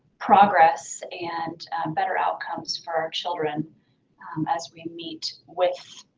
progress and better outcomes for our children um as we meet with